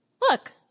Look